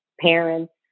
parents